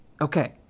Okay